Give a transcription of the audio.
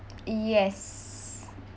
yes